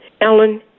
Ellen